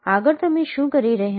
આગળ તમે શું કરી રહ્યા છો